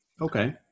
Okay